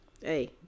Hey